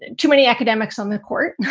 and too many academics on the court